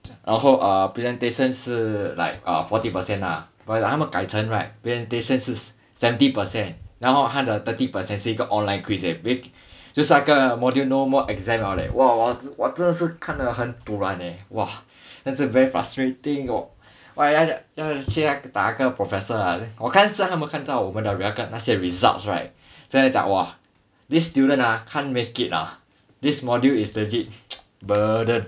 然后 uh presentation 是 like uh forty percent la but 他们改成 right presentation 是 seventy percent now 他的 thirty percent 是一个 online quiz eh 就算那个 module no more exam liao leh 我真的是看的很 dulan leh !wah! that's a very frustrating !wah! 真的要打那个 professor 我看是他们看到我们的 record 那些 results right 现在讲 !wah! this student ah can't make it ah this module is legit burden